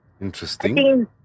Interesting